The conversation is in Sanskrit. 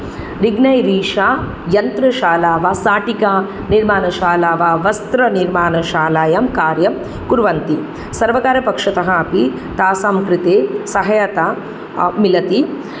रिग्नाई रीषा यन्त्रशाला वा शाटिकानिर्माणशाला वा वस्त्रनिर्माणशालायां कार्यं कुर्वन्ति सर्वकारपक्षतः अपि तासां कृते सहायता मिलति